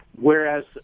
Whereas